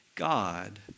God